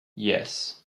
yes